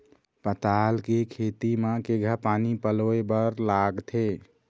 पताल के खेती म केघा पानी पलोए बर लागथे?